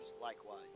likewise